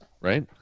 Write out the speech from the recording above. right